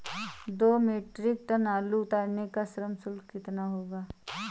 दो metric tonne आलू उतारने का श्रम शुल्क कितना होगा?